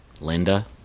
Linda